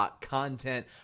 content